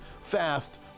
fast